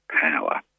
power